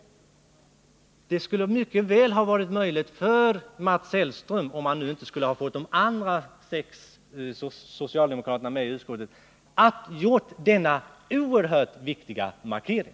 Det skulle mycket väl ha varit möjligt för Mats Hellström — om han nu inte skulle ha fått de andra sex socialdemokraterna med sig i utskottet — att göra denna oerhört viktiga markering.